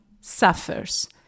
suffers